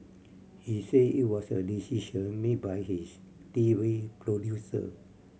he said it was a decision made by his T V producer